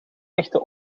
echte